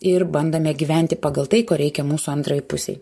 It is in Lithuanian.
ir bandome gyventi pagal tai ko reikia mūsų antrai pusei